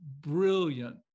brilliant